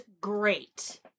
great